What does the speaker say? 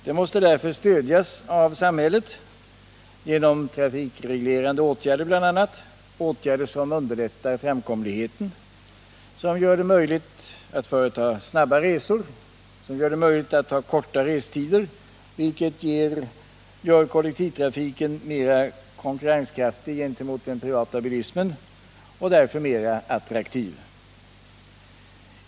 Den måste därför stödjas av samhället, genom trafikreglerande åtgärder bl.a., åtgärder som underlättar framkomligheten, som gör det möjligt att företa snabba resor, dvs. som möjliggör korta restider, vilket gör kollektivtrafiken mera konkurrenskraftig gentemot den privata bilismen och därför mera attraktiv.